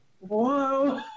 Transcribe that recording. whoa